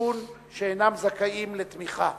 בסיכון אינם זכאים לתמיכה.